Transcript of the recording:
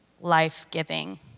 life-giving